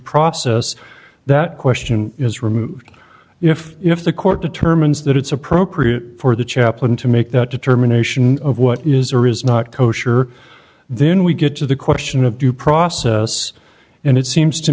process that question is removed if if the court determines that it's appropriate for the chaplain to make that determination of what is or is not kosher then we get to the question of due process and it seems to